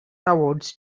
awards